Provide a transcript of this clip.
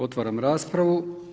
Otvaram raspravu.